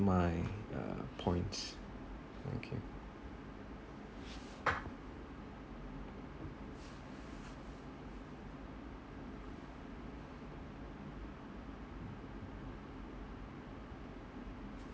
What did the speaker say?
my uh points thank you